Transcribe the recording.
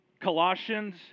Colossians